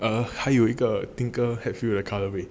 err 还有一个 tinker hatfield the colourway